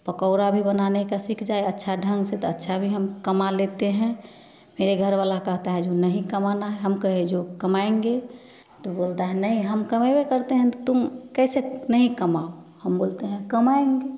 पकौड़ा भी बनाने का सिख जाए अच्छा ढंग से त अच्छा भी हम कमा लेते हैं मेरे घर वाला कहता है जो नहीं कमाना है हम कहे जो कमाएँगे तो बोलता है नहीं हम कमाई करते हैं तो तुम कैसे नहीं कमाओ हम बोलते हैं कमाएँगे